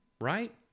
right